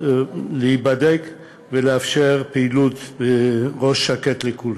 להיבדק, ולאפשר פעילות בראש שקט לכולם.